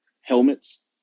helmets